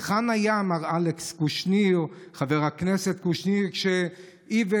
היכן היה חבר הכנסת קושניר כשאיווט